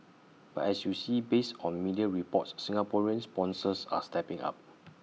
but as you see based on media reports Singaporean sponsors are stepping up